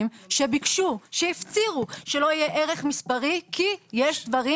שביקשו והפצירו שלא יהיה ערך מספרי כי יש דברים